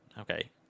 Okay